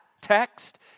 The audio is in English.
text